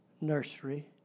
nursery